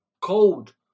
cold